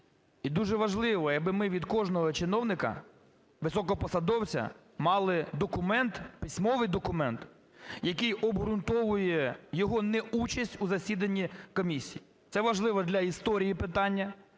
І дуже важливо, якби ми від кожного чиновника, високопосадовця мали документ, письмовий документ, який обґрунтовує його неучасть у засіданні комісії. Це важливо для історії питання,